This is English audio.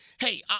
hey